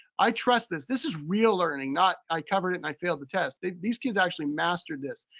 i trust this, this is real learning, not, i covered it and i failed the test. these kids actually mastered this.